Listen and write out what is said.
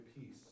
peace